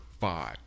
five